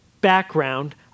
background